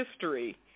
history